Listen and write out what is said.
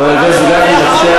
מה זה כאן,